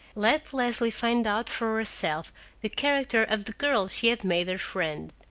let leslie find out for herself the character of the girl she had made her friend.